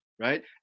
right